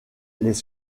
les